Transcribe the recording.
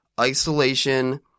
isolation